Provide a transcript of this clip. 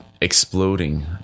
exploding